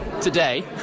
today